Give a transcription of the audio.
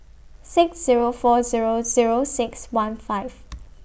six Zero four Zero Zero six one five